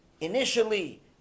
initially